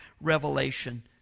revelation